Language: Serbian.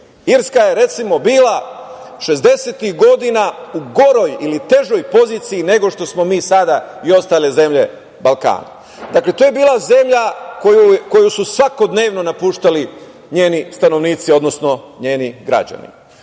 Irska je recimo bila šezdesetih godina u goroj ili težoj poziciji nego što smo mi sada i ostale zemlje Balkana. Dakle, to je bila zemlja koju su svakodnevno napuštali njeni stanovnici, odnosno njeni građani.